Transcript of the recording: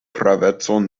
pravecon